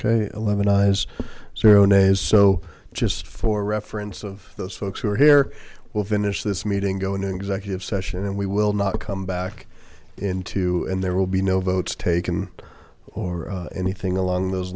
ok eleven eyes zero nays so just for reference of those folks who are here we'll finish this meeting go into executive session and we will not come back in two and there will be no votes taken or anything along those